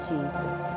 Jesus